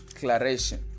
declaration